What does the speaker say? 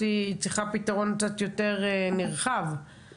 נעשתה עבודת מטה מאוד מאוד רחבה באוקטובר האחרון,